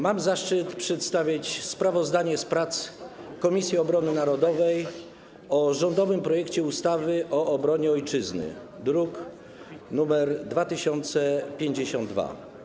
Mam zaszczyt przedstawić sprawozdanie z prac Komisji Obrony Narodowej nad rządowym projektem ustawy o obronie Ojczyzny, druk nr 2052.